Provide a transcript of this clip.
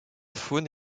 faune